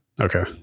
Okay